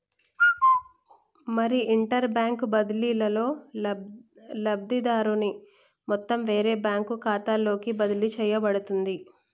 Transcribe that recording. మరి inter bank బదిలీలో లబ్ధిదారుని మొత్తం వేరే బ్యాంకు ఖాతాలోకి బదిలీ చేయబడుతుంది